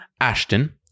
Ashton